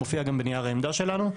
מופיע גם בנייר העמדה שלנו.